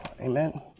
Amen